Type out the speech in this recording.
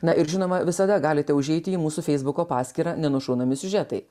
na ir žinoma visada galite užeiti į mūsų feisbuko paskyrą nenušaunami siužetai